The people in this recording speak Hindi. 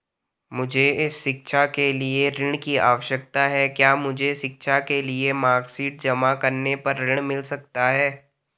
मुझे शिक्षा के लिए ऋण की आवश्यकता है क्या मुझे शिक्षा के लिए मार्कशीट जमा करने पर ऋण मिल सकता है?